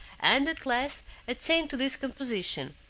and at last attained to this composition,